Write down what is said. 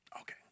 Okay